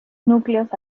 núcleos